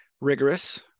rigorous